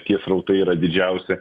tie srautai yra didžiausi